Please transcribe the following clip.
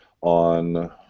on